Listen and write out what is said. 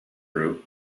group